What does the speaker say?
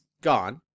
gone